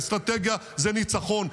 האסטרטגיה זה ניצחון.